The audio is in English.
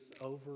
over